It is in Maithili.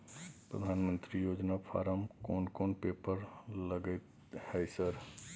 प्रधानमंत्री योजना फारम कोन कोन पेपर लगतै है सर?